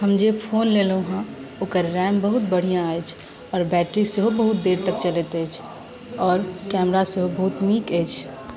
हम जे फोन लेलहुँ हँ ओकर रैम बहुत बढ़िऑं अछि और बैटरी सेहो बहुत देर तक चलैत अछि आओर कैमरा सेहो बहुत नीक अछि